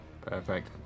Perfect